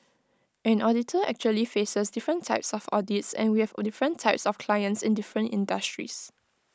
an auditor actually faces different types of audits and we have different types of clients in different industries